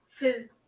Phys